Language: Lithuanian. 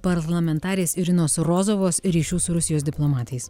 parlamentarės irinos rozovos ryšių su rusijos diplomatais